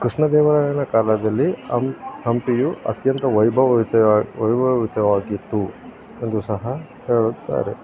ಕೃಷ್ಣ ದೇವರಾಯನ ಕಾಲದಲ್ಲಿ ಹಂಪಿಯು ಅತ್ಯಂತ ವೈಭವಯುತವು ವೈಭವಯುತವಾಗಿತ್ತು ಎಂದು ಸಹ ಹೇಳುತ್ತಾರೆ